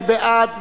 מי בעד?